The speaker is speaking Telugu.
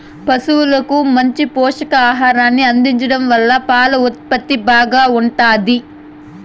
పసువులకు మంచి పోషకాహారాన్ని అందించడం వల్ల పాల ఉత్పత్తి బాగా ఉంటాది